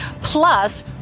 plus